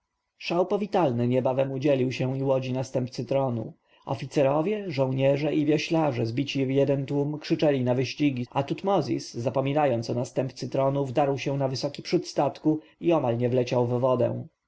szał powitalny niebawem udzielił się i łodzi następcy tronu oficerowie żołnierze i wioślarze zbici w jeden tłum krzyczeli na wyścigi a tutmozis zapominając o następcy tronu wdarł się na wysoki przód statku i o mało nie wleciał w wodę